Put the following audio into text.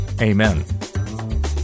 amen